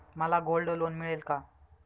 मला gold loan मिळेल का?